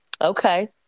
Okay